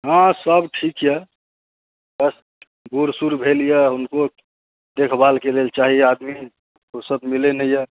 हँ सब ठीक अइ बस बस बूढ़ सूढ़ भेल अइ हुनको देखभालके लेल चाही आदमी सब मिलेले अइ